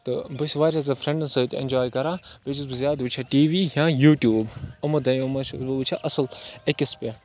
تہٕ بہٕ چھُس واریاہ زیادٕ فرٛٮ۪نڈَن سۭتۍ اٮ۪نجاے کَران بیٚیہِ چھُس بہٕ زیادٕ وٕچھان ٹی وی یا یوٗٹیوٗب یِمو دۄیو منٛز چھُس بہٕ وٕچھان اَصٕل أکِس پٮ۪ٹھ